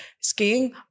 Skiing